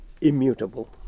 immutable